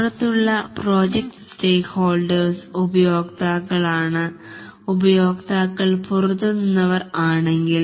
പുറത്തുള്ള project stakeholders ഉപയോക്താക്കളാണ് ഉപയോക്താക്കൾ പുറത്തുനിന്നവർ ആണെങ്കിൽ